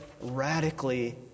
radically